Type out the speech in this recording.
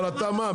אבל מה,